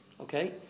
Okay